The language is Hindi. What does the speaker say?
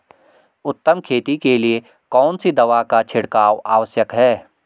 उत्तम खेती के लिए कौन सी दवा का छिड़काव आवश्यक है?